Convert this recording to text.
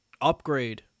upgrade